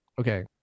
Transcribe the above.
Okay